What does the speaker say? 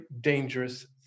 dangerous